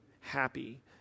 happy